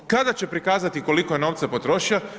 Kada će prikazati koliko je novca potrošio?